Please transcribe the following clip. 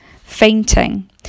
fainting